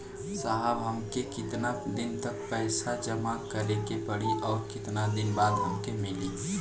साहब हमके कितना दिन तक पैसा जमा करे के पड़ी और कितना दिन बाद हमके मिली?